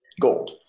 gold